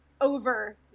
over